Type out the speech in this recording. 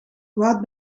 kwaad